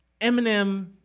Eminem